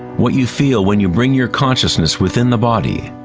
what you feel when you bring your consciousness within the body.